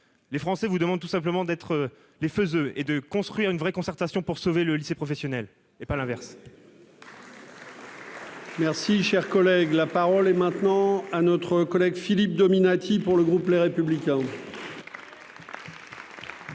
les Français vous demande tout simplement d'être les et de construire une vraie concertation pour sauver le lycée professionnel et pas l'inverse. Merci, cher collègue, la parole est maintenant à notre collègue Philippe Dominati pour le groupe Les Républicains.